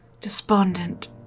despondent